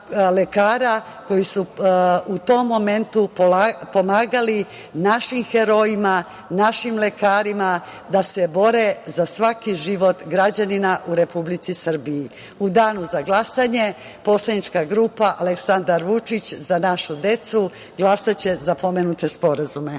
koji su u tom momentu pomagali našim herojima, našim lekarima da se bore za svaki život građanina u Republici Srbiji.U danu za glasanje poslanička grupa Aleksandar Vučić – Za našu decu glasaće za pomenute sporazume.